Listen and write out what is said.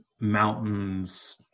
mountains